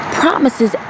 promises